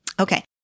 Okay